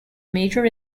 major